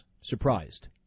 surprised